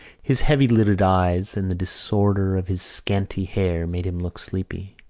his heavy-lidded eyes and the disorder of his scanty hair made him look sleepy.